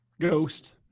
Ghost